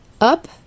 Up